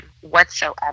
whatsoever